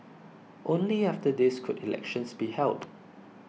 only after this could elections be held